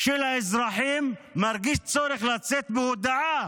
של האזרחים מרגיש צורך להוציא הודעה